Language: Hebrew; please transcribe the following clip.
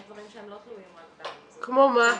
יש דברים שלא תלויים רק בנו -- כמו מה?